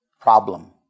problem